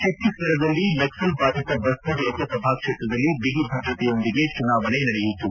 ಛತ್ತೀಸ್ಗಢದಲ್ಲಿ ನಕ್ಸಲ್ ಬಾಧಿತ ಬಸ್ತರ್ ಲೋಕಸಭಾ ಕ್ಷೇತ್ರದಲ್ಲಿ ಬಿಗಿ ಭದ್ರತೆಯೊಂದಿಗೆ ಚುನಾವಣೆ ನಡೆಯಿತು